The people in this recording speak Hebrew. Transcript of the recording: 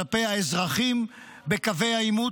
כלפי האזרחים בקווי העימות.